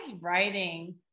writing